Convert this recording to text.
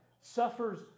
suffers